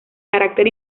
carácter